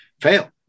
fail